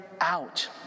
out